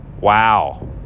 Wow